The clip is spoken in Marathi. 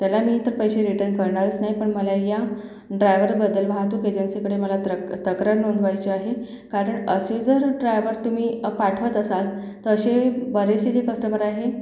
त्याला मी तर पैसे रिटन करणारच नाही पण मला या ड्रायवरबद्दल वाहतूक एजन्सीकडे मला त्र तक्रार नोंदवायची आहे कारण असे जर ड्रायवर तुम्ही पाठवत असाल तर असे बरेचसे जे कस्टमर आहे